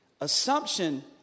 Assumption